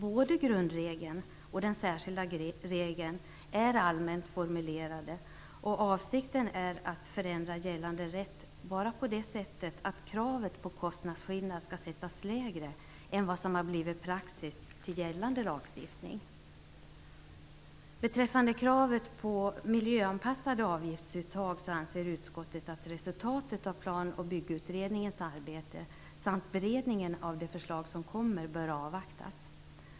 Både grundregeln och den särskilda regeln är allmänt formulerade, och avsikten är att förändra gällande rätt endast på det sättet att kravet på kostnadsskillnad skall sättas lägre än vad som blivit praxis till nuvarande lagstiftning. Beträffande kravet på miljöanpassade avgiftsuttag anser utskottet att resultatet av Plan och byggutredningens arbete samt av beredningen av det förslag som kommer, bör avvaktas.